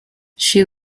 she